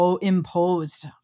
imposed